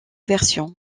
versions